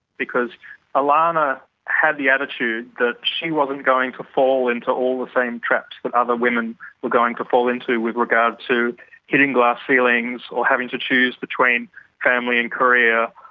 because ilana had the attitude that she wasn't going to fall into all the same traps that other women were going to fall into with regard to hitting glass ceilings, or having to choose between family and career,